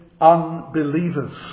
unbelievers